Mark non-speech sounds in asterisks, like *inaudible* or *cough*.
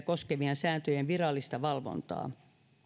*unintelligible* koskevien sääntöjen virallista valvontaa